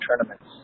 tournaments